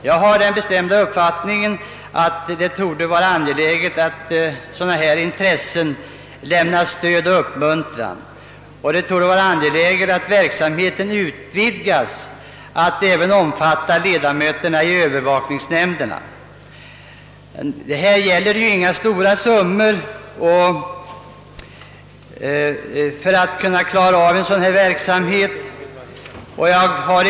Jag har den bestämda uppfattningen att det är angeläget att intressen av denna art lämnas stöd och uppmuntran. Verksamheten bör utvidgas till att även omfatta ledamöterna i Öövervakningsnämnderna. Det behövs inga stora summor för att en sådan verksamhet skall kunna bedrivas.